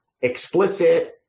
explicit